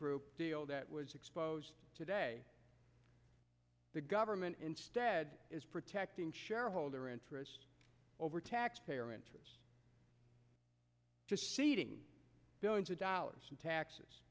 group deal that was exposed today the government instead is protecting shareholder interests over taxpayer enters just ceding billions of dollars in taxes